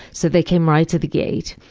so they came right to the gate.